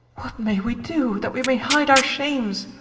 may we do, that we may hide our shames?